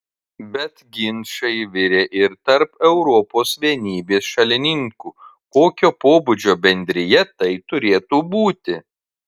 bet ginčai virė ir tarp europos vienybės šalininkų kokio pobūdžio bendrija tai turėtų būti